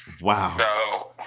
Wow